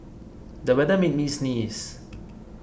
the weather made me sneeze